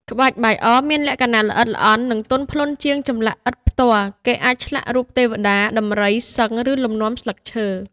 ក្បាច់បាយអរមានលក្ខណៈល្អិតល្អន់ និងទន់ភ្លន់ជាងចម្លាក់ឥដ្ឋផ្ទាល់ គេអាចឆ្លាក់រូប ទេវតា ដំរី សិង្ហ ឬលំនាំស្លឹកឈើ។